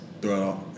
throughout